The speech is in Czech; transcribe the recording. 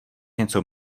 něco